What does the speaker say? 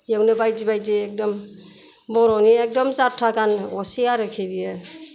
बेयावनो बायदि बायदि एकदम बर'नि एकदम जाथ्रा गान असे आरखि बियो